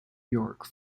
york